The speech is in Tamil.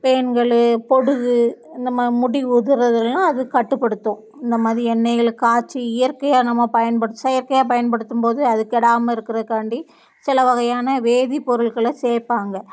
பேன்கள் பொடுகு இந்த ம முடி உதிரதெல்லாம் அது கட்டுப்படுத்தும் இந்த மாதிரி எண்ணெய்களை காய்ச்சி இயற்கையாக நம்ம பயன்படு செயற்கையாக பயன்படுத்தும்போது அது கெடாமல் இருக்கிறதுக்காண்டி சில வகையான வேதிப்பொருள்களை சேர்பாங்க